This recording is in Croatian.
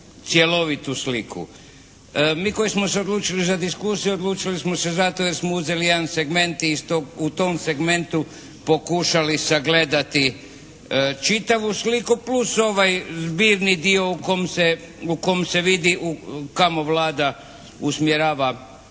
Mi koji smo se odlučili za diskusiju, odlučili smo se zato jer smo uzeli jedan segment i u tom segmentu pokušali sagledati čitavu sliku, plus ovaj zbirni dio u kom se vidi kamo Vlada usmjerava